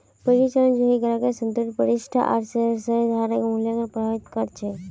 परिचालन जोखिम ग्राहकेर संतुष्टि प्रतिष्ठा आर शेयरधारक मूल्यक प्रभावित कर छेक